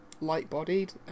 light-bodied